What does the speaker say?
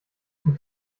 mit